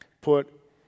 put